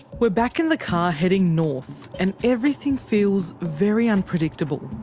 we're back in the car heading north and everything feels very unpredictable.